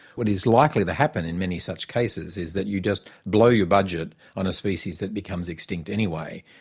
what is likely to happen in many such cases is that you just blow your budget on a species that becomes extinct anyway.